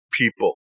people